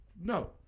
No